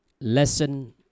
lesson